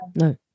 No